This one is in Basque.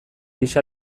ixa